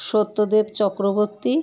Satyadev Chakraborty